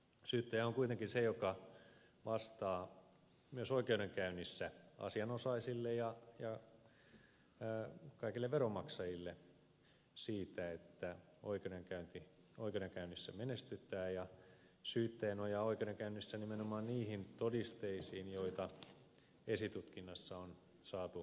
syyttäjä on kuitenkin se joka vastaa myös oikeudenkäynnissä asianosaisille ja kaikille veronmaksajille siitä että oikeudenkäynnissä menestytään ja syyttäjä nojaa oikeudenkäynnissä nimenomaan niihin todisteisiin joita esitutkinnassa on saatu kerättyä